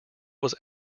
was